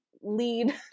lead